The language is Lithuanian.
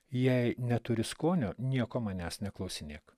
jei neturi skonio nieko manęs neklausinėk